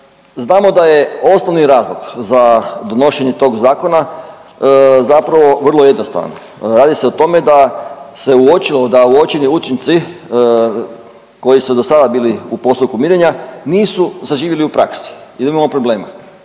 Znamo da je osnovni razlog za donošenje tog zakona zapravo vrlo jednostavan, radi se o tome se uočilo da uočeni učinci koji su do sada bili u postupku mirenja nisu saživjeli u praksi jer imamo problema